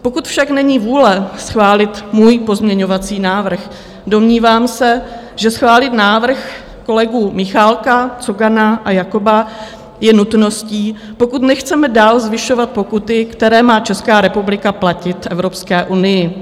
Pokud však není vůle schválit můj pozměňovací návrh, domnívám se, že schválit návrh kolegů Michálka, Cogana a Jakoba je nutností, pokud nechceme dál zvyšovat pokuty, které má Česká republika platit v Evropské unii.